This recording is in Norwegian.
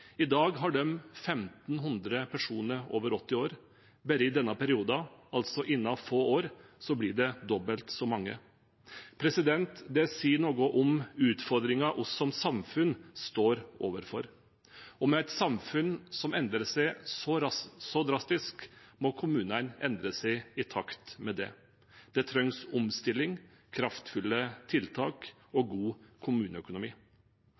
I dag har de 1 500 personer over 80 år. Bare i denne perioden, altså innen få år, blir det dobbelt så mange. Det sier noe om utfordringen vi som samfunn står overfor. Og med et samfunn som endrer seg så drastisk, må kommunene endre seg i takt med det. Det trengs omstilling, kraftfulle tiltak og god kommuneøkonomi.